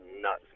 nuts